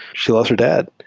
she lost her dad.